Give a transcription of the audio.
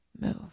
move